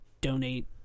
donate